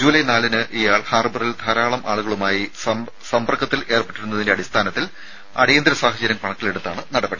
ജൂലായ് നാലിന് ഇയാൾ ഹാർബറിൽ ധാരാളം ആളുകളുമായി സമ്പർക്കത്തിൽ ഏർപ്പെട്ടിരുന്നതിന്റെ അടിസ്ഥാനത്തിൽ അടിയന്തര സാഹചര്യം കണക്കിലെടുത്താണ് നടപടി